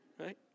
right